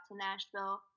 Nashville